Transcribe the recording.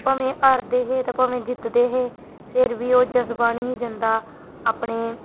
भामें हारदे हे ते भामें जित्तदे हे फेर बी ओह् जज्बा निहा जंदा अपने